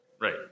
Right